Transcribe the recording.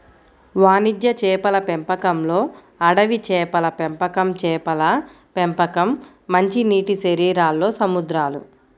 వాణిజ్య చేపల పెంపకంలోఅడవి చేపల పెంపకంచేపల పెంపకం, మంచినీటిశరీరాల్లో సముద్రాలు